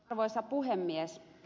arvoisa puhemies